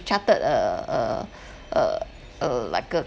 chartered uh uh uh uh like a